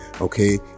okay